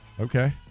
Okay